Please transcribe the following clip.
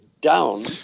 down